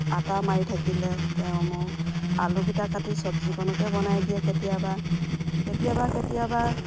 আটা মাৰি থাকিলে তেওঁ মোক আলুগিটা কাটি চব্জিকণকে বনাই দিয়ে কেতিয়াবা কেতিয়াবা কেতিয়াবা